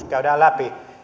käydään läpi